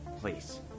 Please